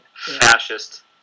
fascist